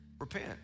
Repent